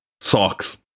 Socks